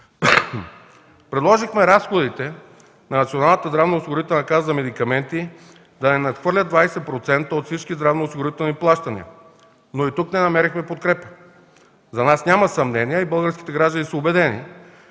Предложихме разходите за медикаменти на Националната здравноосигурителна каса да не надхвърлят 20% от всички здравноосигурителни плащания, но и тук не намерихме подкрепа. За нас няма съмнение и българските граждани са убедени,